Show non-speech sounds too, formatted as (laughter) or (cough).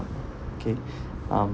okay (breath) um